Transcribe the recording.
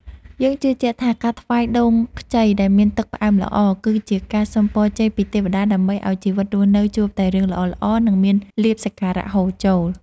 យើងជឿជាក់ថាការថ្វាយដូងខ្ចីដែលមានទឹកផ្អែមល្អ គឺជាការសុំពរជ័យពីទេវតាដើម្បីឱ្យជីវិតរស់នៅជួបតែរឿងល្អៗ និងមានលាភសក្ការៈហូរចូល។